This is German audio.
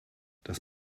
das